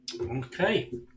Okay